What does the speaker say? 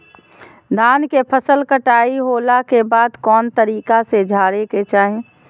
धान के फसल कटाई होला के बाद कौन तरीका से झारे के चाहि?